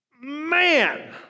Man